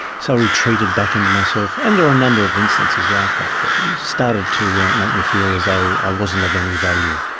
so i retreated back into myself, and there were a number of instances like that that started to make me feel as though i wasn't of any value.